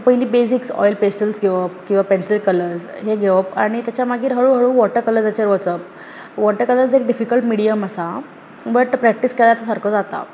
so पयलीं basics oil pastels घेवप किंवा पॅन्सील कलर्स हे घेवप आनी तांच्या मागीर हळू हळू वॉटर कलर्स घेवप वॉटर कलर्स डिफिकल्ट मिडियम आसा बट प्रॅक्टीस केल्यार तो सारको जाता